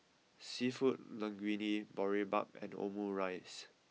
Seafood Linguine Boribap and Omurice